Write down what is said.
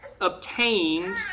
obtained